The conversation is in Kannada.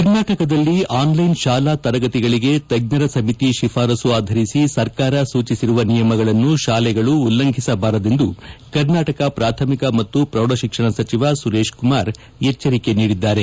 ಕರ್ನಾಟಕದಲ್ಲಿ ಆನ್ಲೈನ್ ಶಾಲಾ ತರಗತಿಗಳಿಗೆ ತಜ್ಞರ ಸಮಿತಿ ಶಿಫಾರಸ್ಸು ಆಧರಿಸಿ ಸರ್ಕಾರ ಸೂಚಿಸಿರುವ ನಿಯಮಗಳನ್ನು ಶಾಲೆಗಳು ಉಲ್ಲಂಘಿಸಬಾರದೆಂದು ಕರ್ನಾಟಕ ಪ್ರಾಥಮಿಕ ಮತ್ತು ಪ್ರೌಢ ಶಿಕ್ಷಣ ಸಚಿವ ಸುರೇಶ್ಕುಮಾರ್ ಎಚ್ಗರಿಕೆ ನೀಡಿದ್ದಾರೆ